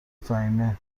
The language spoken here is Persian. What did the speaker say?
فهیمهمگه